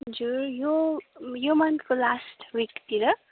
हजुर यो यो मन्थको लास्ट विकतिर